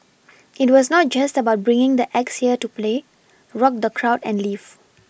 it was not just about bringing the acts here to play rock the crowd and leave